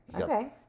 Okay